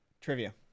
Trivia